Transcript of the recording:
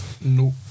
No